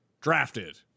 drafted